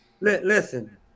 Listen